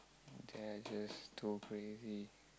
they are just too crazy